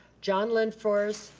john linfors,